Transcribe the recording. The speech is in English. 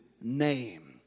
name